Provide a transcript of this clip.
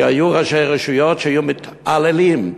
כי היו ראשי רשויות שהיו מתעללים